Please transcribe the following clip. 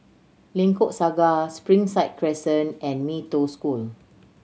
Lengkok Saga Springside Crescent and Mee Toh School